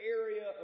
area